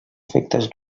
efectes